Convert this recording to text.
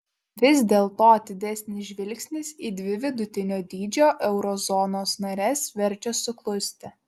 vis dėlto atidesnis žvilgsnis į dvi vidutinio dydžio euro zonos nares verčia suklusti